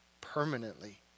permanently